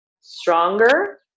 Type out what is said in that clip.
stronger